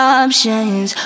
options